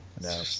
No